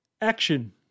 action